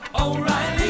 O'Reilly